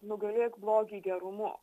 nugalėk blogį gerumu